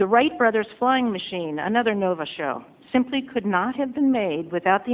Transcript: the wright brothers flying machine another nova show simply could not have been made without the